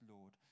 Lord